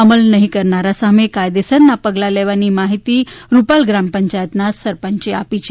અમલ નહીં કરનારા સામે કાયદેસરના પગલા લેવાની માહિતી રૂપાલ ગ્રામ પંચાયતના સરપંચે આપી છે